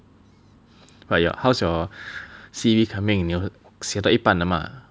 but your how's your C_V coming 写到一半了 mah